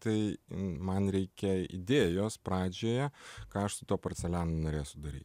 tai man reikia idėjos pradžioje ką aš su tuo porcelianu norėsiu daryt